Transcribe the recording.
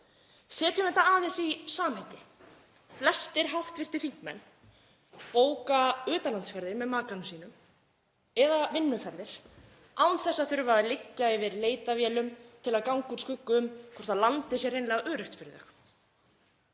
Setjum þetta aðeins í samhengi. Flestir hv. þingmenn bóka utanlandsferðir með makanum sínum eða vinnuferðir án þess að þurfa að liggja yfir leitarvélum til að ganga úr skugga um hvort landið sé hreinlega öruggt fyrir þau,